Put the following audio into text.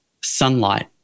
sunlight